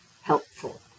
helpful